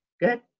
good